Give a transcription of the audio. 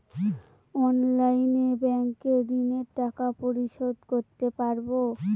অনলাইনে ব্যাংকের ঋণের টাকা পরিশোধ করতে পারবো?